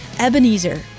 Ebenezer